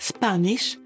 Spanish